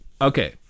okay